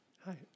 Hi